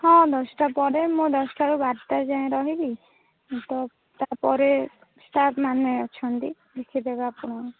ହଁ ଦଶଟା ପରେ ମୁଁ ଦଶଟାରୁ ବାରଟା ଯାଏଁ ରହିବି ତ ତା'ପରେ ସାର୍ମାନେ ଅଛନ୍ତି ବୁଝିଦେବେ ଆପଣଙ୍କୁ